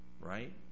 Right